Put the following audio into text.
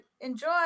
enjoy